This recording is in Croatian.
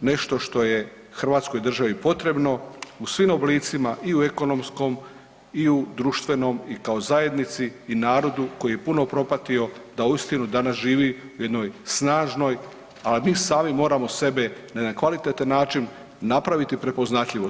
nešto što je Hrvatskoj državi potrebno u svim oblicima i u ekonomskom i u društvenom i kao zajednici i narodu koji je puno propatio da uistinu danas živi u jednoj snažnoj, a mi sami moramo sebe na jedan kvalitetan način napraviti prepoznatljivost.